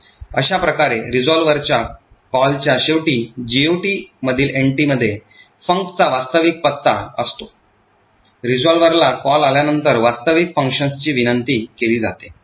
अशा प्रकारे रिझॉल्व्हरच्या कॉलच्या शेवटी GOT मधील एंट्रीमध्ये func चा वास्तविक पत्ता असतो रिझॉल्व्हरला कॉल आल्यानंतर वास्तविक फंक्शन्सची विनंती केली जाते